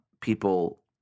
people